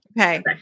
Okay